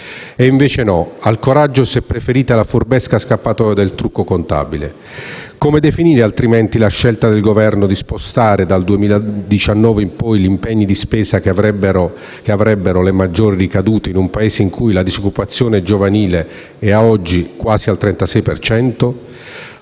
E invece no, al coraggio s'è preferita la furbesca scappatoia del trucco contabile. Come definire, altrimenti, la scelta del Governo di spostare dal 2019 in poi gli impegni di spesa che avrebbero le maggiori ricadute, in un Paese in cui la disoccupazione giovanile è già oggi quasi al 36